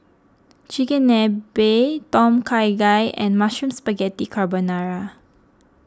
Chigenabe Tom Kha Gai and Mushroom Spaghetti Carbonara